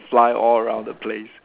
fly all around the place